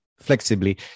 flexibly